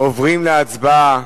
עוברים להצבעה.